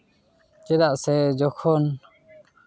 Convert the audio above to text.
ᱪᱮᱫᱟᱜ ᱥᱮ ᱡᱚᱠᱷᱚᱱ